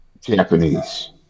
Japanese